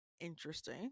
interesting